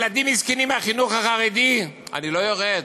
ילדים מסכנים מהחינוך החרדי, אני לא יורד.